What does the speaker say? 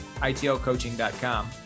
itlcoaching.com